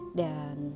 dan